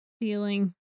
feeling